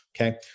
okay